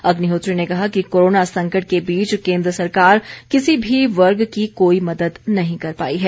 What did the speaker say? अग्निहोत्री ने कहा कि कोरोना संकट के बीच केंद्र सरकार किसी भी वर्ग की कोई मदद नहीं कर पाई है